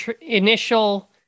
initial